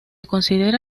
considera